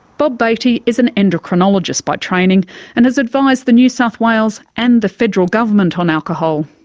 bob batey is an endocrinologist by training and has advised the new south wales and the federal government on alcohol.